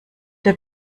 der